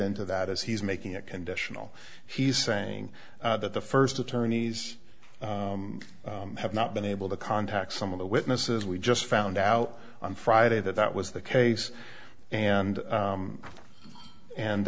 into that is he's making it conditional he's saying that the first attorneys have not been able to contact some of the witnesses we just found out on friday that that was the case and